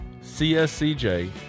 CSCJ